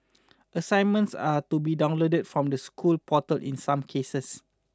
assignments are to be downloaded from the school portal in some cases